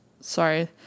Sorry